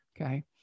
Okay